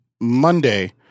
Monday